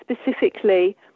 specifically